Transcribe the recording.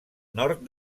nord